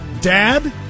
Dad